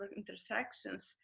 intersections